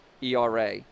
ERA